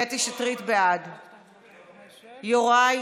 קטי שטרית, בעד, יוראי,